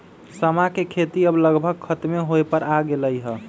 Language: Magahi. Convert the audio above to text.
समा के खेती अब लगभग खतमे होय पर आ गेलइ ह